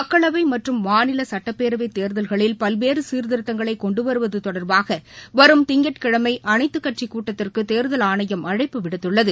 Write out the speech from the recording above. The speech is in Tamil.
மக்களவை மற்றும் மாநில சட்டப்பேரவை தேர்தல்களில் பல்வேறு சீர்திருத்தங்களை கொண்டு வருவது தொடர்பாக வரும் திங்கட்கிழமை அனைத்து கட்சி கூட்டத்திற்கு தேர்தல் ஆணையம் அழைப்பு விடுத்துள்ளது